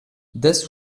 this